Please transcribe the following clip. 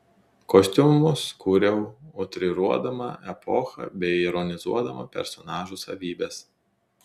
kostiumus kūriau utriruodama epochą bei ironizuodama personažų savybes